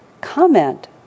comment